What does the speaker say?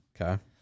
Okay